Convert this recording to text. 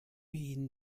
ihnen